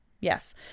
Yes